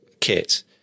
kit